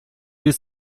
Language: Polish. jest